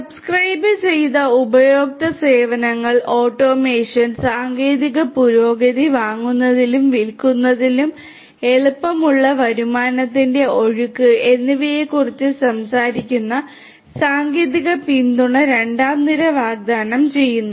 സബ്സ്ക്രൈബുചെയ്ത ഉപയോക്തൃ സേവനങ്ങൾ ഓട്ടോമേഷൻ സാങ്കേതിക പുരോഗതി വാങ്ങുന്നതിലും വിൽക്കുന്നതിലും എളുപ്പമുള്ള വരുമാനത്തിന്റെ ഒഴുക്ക് എന്നിവയെക്കുറിച്ച് സംസാരിക്കുന്ന സാങ്കേതിക പിന്തുണ രണ്ടാം നിര വാഗ്ദാനം ചെയ്യുന്നു